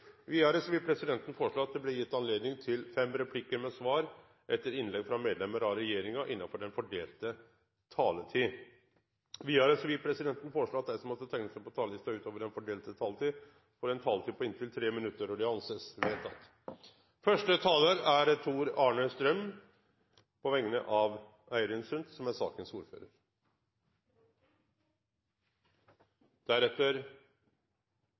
Videre vil presidenten foreslå at det blir gitt anledning til replikkordskifte på inntil fem replikker med svar etter innlegg fra medlemmer av regjeringen innenfor den fordelte taletid. Videre vil presidenten foreslå at de som måtte tegne seg på talerlisten utover den fordelte taletid, får en taletid på inntil 3 minutter. – Det anses vedtatt. Første taler er Irene Johansen – for sakens